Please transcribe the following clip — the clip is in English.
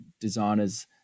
designers